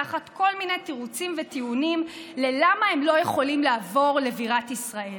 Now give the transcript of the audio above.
תחת כל מיני תירוצים וטיעונים למה הם לא יכולים לעבור לבירת ישראל.